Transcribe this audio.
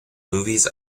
movies